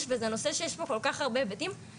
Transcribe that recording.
וזה נושא שיש בו כל כך הרבה היבטים,